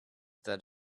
that